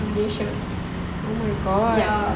ya